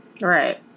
Right